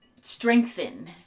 strengthen